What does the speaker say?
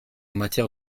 matière